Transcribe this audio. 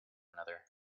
another